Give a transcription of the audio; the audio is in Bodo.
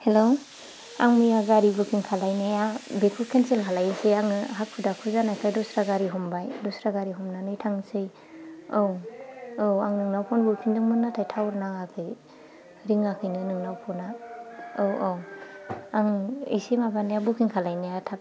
हेलौ आं मैया गारि बुकिं खालामनाया बेखौ केनसेल खालामसै आङो हाखु दाखु जानायखाय दस्रा गारि हमबाय दस्रा गारि हमनानै थांसै औ औ आं नोंनाव फन बुफिनदोंमोन नाथाय थावार नाङाखै रिङाखैनो नोंनाव फनआ औ औ आं एसे माबानायाव बुकिं खालामनाया थाब